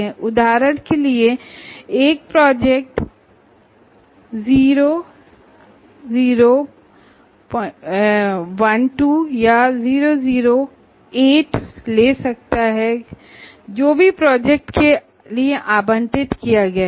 उदाहरण के लिए एक प्रोजेक्ट 0012 या 008 क्रेडिट तक के लिए हो सकता है